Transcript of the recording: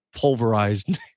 pulverized